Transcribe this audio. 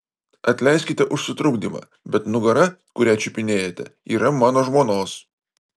atleiskite už sutrukdymą bet nugara kurią čiupinėjate yra mano žmonos